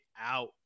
out